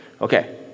Okay